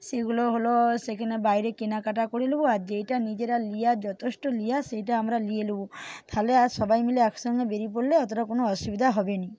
সেগুলো হল সেখানে বাইরে কেনাকাটা করে নেবো আর যেইটা নিজেরা নেওয়ার যথেষ্ট নেওয়ার সেইটা আমরা নিয়ে নেবো তাহলে আর সবাই মিলে একসঙ্গে বেরিয়ে পড়লে অতটা কোনও অসুবিধা হবে না